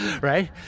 right